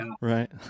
right